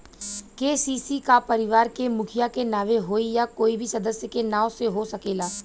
KCC का परिवार के मुखिया के नावे होई या कोई भी सदस्य के नाव से हो सकेला?